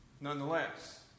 nonetheless